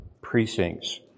precincts